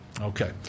Okay